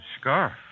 scarf